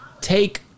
take